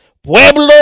Pueblo